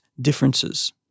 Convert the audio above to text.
differences